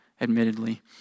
admittedly